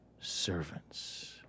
servants